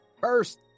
first